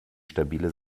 stabile